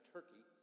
Turkey